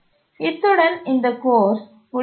இத்துடன் இந்த கோர்ஸ் முடிகிறது